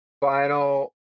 final